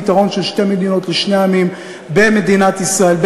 פתרון של שתי מדינות לשני עמים במדינת ישראל,